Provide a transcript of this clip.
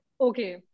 okay